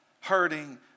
hurting